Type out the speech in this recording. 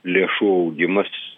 lėšų augimas